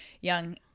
young